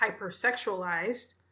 hypersexualized